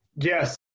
Yes